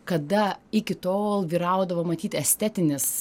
kada iki tol vyraudavo matyt estetinis